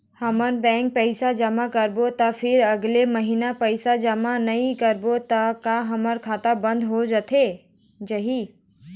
हमन बैंक पैसा जमा करबो ता फिर अगले महीना पैसा जमा नई करबो ता का हमर खाता बंद होथे जाही?